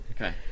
Okay